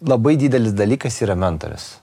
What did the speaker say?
labai didelis dalykas yra mentorius